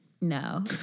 No